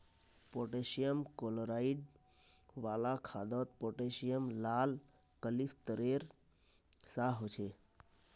potassium chloride वाला खादोत potassium लाल क्लिस्तेरेर सा होछे